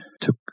took